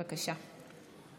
בבקשה.